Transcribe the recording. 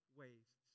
wastes